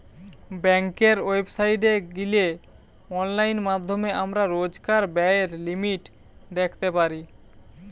বেংকের ওয়েবসাইটে গিলে অনলাইন মাধ্যমে আমরা রোজকার ব্যায়ের লিমিট দ্যাখতে পারি